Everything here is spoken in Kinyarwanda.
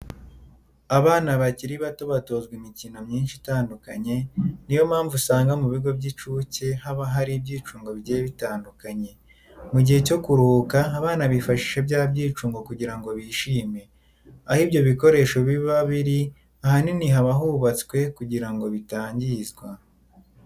Abana bakiri bato batozwa imikino myinshi itandukanye, ni yo mpamvu usanga mu bigo by'incuke haba hari ibyicungo bigiye bitandukanye. Mu gihe cyo kuruhuka abana bifashisha bya byicungo kugira ngo bishime. Aho ibyo bikoresho biba biri ahanini haba hubatswe kugira ngo bitangizwa.